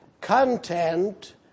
content